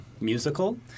musical